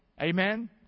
Amen